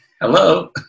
hello